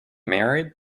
married